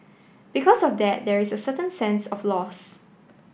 because of that there is a certain sense of loss